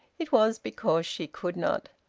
it was because she could not.